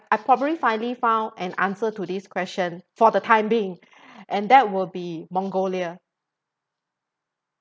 I probably finally found an answer to this question for the time being and that will be mongolia